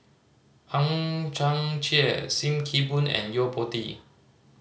Hang Chang Chieh Sim Kee Boon and Yo Po Tee